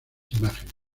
imágenes